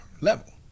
level